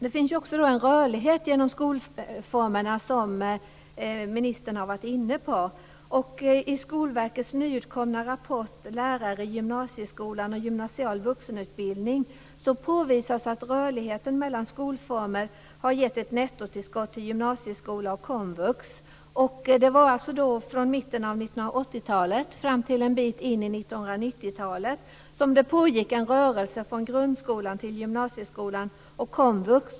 Det finns, som ministern har varit inne på, också en rörlighet inom skolformerna. I Skolverkets nyutkomna rapport Lärare i gymnasieskolan och gymnasial vuxenutbildning påvisas att rörligheten mellan skolformer har gett ett nettotillskott till gymnasieskolan och komvux. Det var från mitten av 80-talet till en bit in på 90-talet som det pågick en rörelse från grundskolan till gymnasieskolan och komvux.